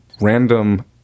random